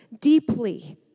deeply